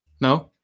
No